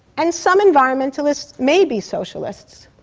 and some environmentalists may be socialists.